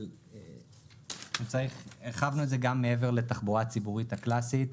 אבל הרחבנו את זה מעבר לתחבורה הציבורית הקלאסית,